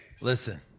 listen